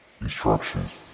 Instructions